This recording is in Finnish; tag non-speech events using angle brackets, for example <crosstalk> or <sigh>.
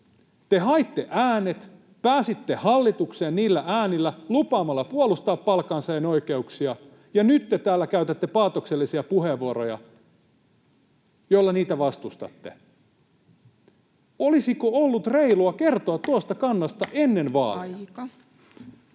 te haitte äänet, pääsitte hallitukseen niillä äänillä lupaamalla puolustaa palkansaajan oikeuksia, ja nyt te täällä käytätte paatoksellisia puheenvuoroja, joilla niitä vastustatte. Olisiko ollut reilua kertoa <noise> tuosta kannasta ennen vaaleja?